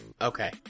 Okay